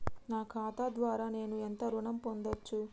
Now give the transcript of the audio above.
నా ఖాతా ద్వారా నేను ఎంత ఋణం పొందచ్చు?